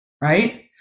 right